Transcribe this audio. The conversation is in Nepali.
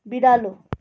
बिरालो